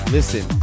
Listen